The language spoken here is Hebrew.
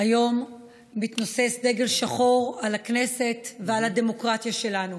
היום מתנוסס דגל שחור על הכנסת ועל הדמוקרטיה שלנו.